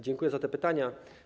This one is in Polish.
Dziękuję za te pytania.